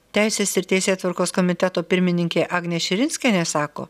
teisės ir teisėtvarkos komiteto pirmininkė agnė širinskienė sako